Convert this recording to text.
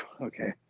okay